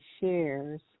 shares